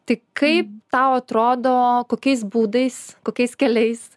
tik kaip tau atrodo kokiais būdais kokiais keliais